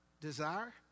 desire